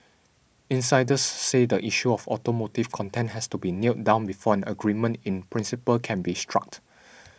insiders say the issue of automotive content has to be nailed down before an agreement in principle can be struck